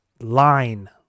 line